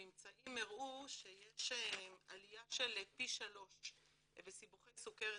הממצאים הראו שיש עליה של פי 3 בסיבוכי סוכרת